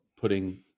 putting